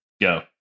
Go